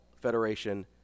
Federation